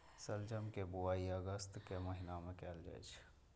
शलजम के बुआइ अगस्त के महीना मे कैल जाइ छै